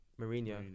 Mourinho